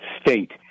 state